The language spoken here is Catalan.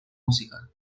música